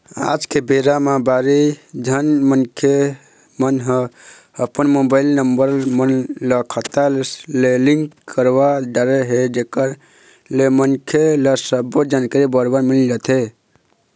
आज के बेरा म भारी झन मनखे मन ह अपन मोबाईल नंबर मन ल खाता ले लिंक करवा डरे हे जेकर ले मनखे ल सबो जानकारी बरोबर मिल जाथे